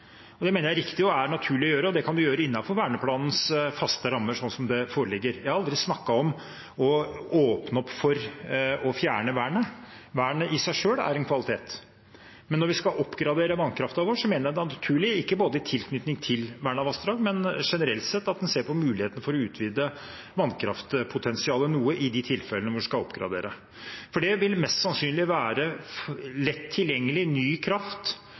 Det mener jeg er riktig og naturlig å gjøre, og det kan man gjøre innenfor verneplanens faste rammer, sånn som den foreligger. Jeg har aldri snakket om å åpne opp for å fjerne vernet. Vernet i seg selv er en kvalitet. Men når vi skal oppgradere vannkraften vår, mener jeg det er naturlig at en ikke bare i tilknytning til vernede vassdrag, men generelt sett, ser på muligheten for å utvide vannkraftpotensialet noe i de tilfellene hvor en skal oppgradere. For det vil mest sannsynlig være lett tilgjengelig, ny kraft,